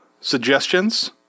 suggestions